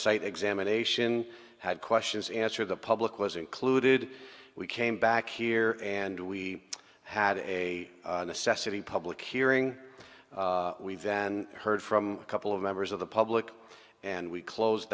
site examination had questions answered the public was included we came back here and we had a necessity public hearing we then heard from a couple of members of the public and we closed